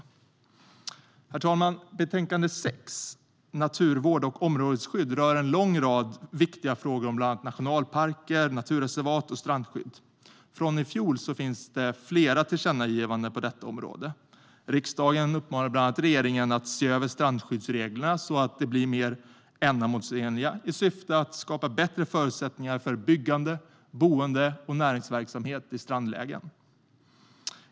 Herr talman! Betänkande 6, Naturvård och områdesskydd , rör en lång rad viktiga frågor om bland annat nationalparker, naturreservat och strandskydd. Från i fjol finns det flera tillkännagivanden på detta område. Riksdagen uppmanade regeringen att bland annat se över strandskyddsreglerna så att de blir mer ändamålsenliga i syfte att skapa bättre förutsättningar för byggande, boende och näringsverksamhet i strandlägen.